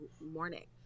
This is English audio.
morning